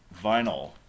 vinyl